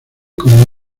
como